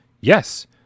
Yes